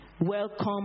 welcome